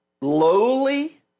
lowly